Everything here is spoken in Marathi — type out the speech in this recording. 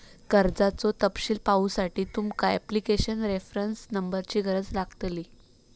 कर्जाचो तपशील पाहुसाठी तुमका ॲप्लीकेशन रेफरंस नंबरची गरज लागतली